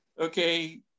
okay